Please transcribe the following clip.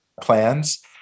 plans